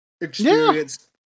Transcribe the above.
experience